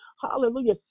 hallelujah